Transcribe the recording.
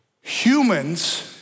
humans